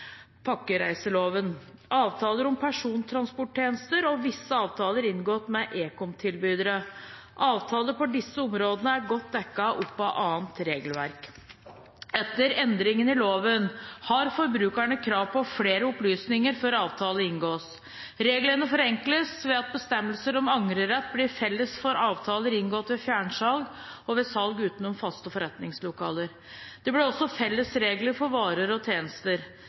pakkereiseloven – avtaler om persontransporttjenester og visse avtaler inngått med ekomtilbydere. Avtaler på disse områdene er godt dekket opp av annet regelverk. Etter endringer i loven har forbrukerne krav på flere opplysninger før avtale inngås. Reglene forenkles ved at bestemmelser om angrerett blir felles for avtaler inngått ved fjernsalg og ved salg utenom faste forretningslokaler. Det blir også felles regler for varer og tjenester.